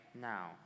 now